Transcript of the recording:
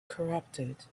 corrupted